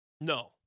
No